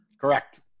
Correct